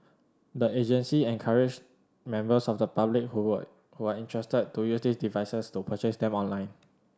the agency encouraged members of the public who were who are interested to use these devices to purchase them online